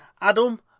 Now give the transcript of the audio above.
Adam